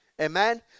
Amen